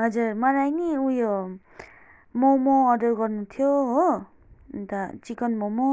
हजुर मलाई नि उयो मोमो अर्डर गर्नु थियो हो अन्त चिकन मोमो